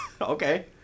Okay